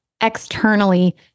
externally